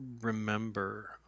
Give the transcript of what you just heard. remember